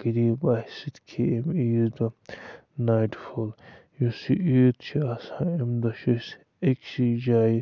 غریٖب آسہِ سُہ تہِ کھیٚیہِ اَمہِ عیٖذ دۄہ ناٹہِ پھوٚل یُس یہِ عیٖد چھِ آسان اَمہِ دۄہ چھِ أسۍ أکۍسی جایہِ